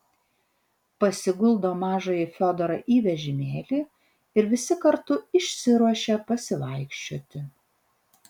pasiguldo mažąjį fiodorą į vežimėlį ir visi kartu išsiruošia pasivaikščioti